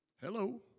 Hello